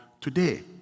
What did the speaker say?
today